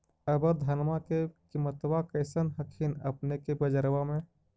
अबर धानमा के किमत्बा कैसन हखिन अपने के बजरबा में?